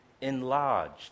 enlarged